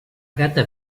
gata